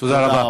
תודה רבה.